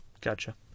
Gotcha